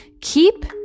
keep